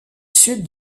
sud